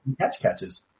catch-catches